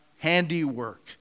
Handiwork